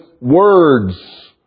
words